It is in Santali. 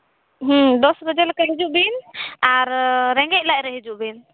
ᱫᱚᱥ ᱵᱟᱡᱮ ᱞᱮᱠᱟ ᱦᱤᱡᱩᱜ ᱵᱤᱱ ᱟᱨ ᱨᱮᱸᱜᱮᱡ ᱞᱟᱡ ᱨᱮ ᱦᱤᱡᱩᱜ ᱵᱤᱱ